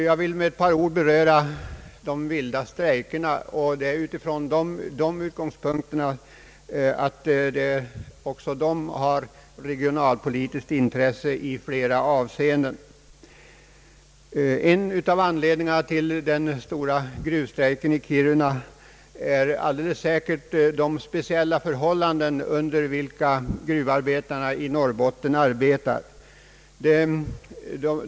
Jag vill med ett par ord beröra de vilda strejkerna och det från den utgångspunkten att också dessa har ett regionalpolitiskt intresse i flera avseenden. En av anledningarna till den stora gruvstrejken i Kiruna är alldeles säkert de speciella förhållanden under vilka gruvarbetarna i Norrbotten arbetar.